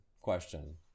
question